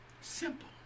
simple